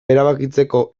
erabakitzeko